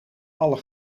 alle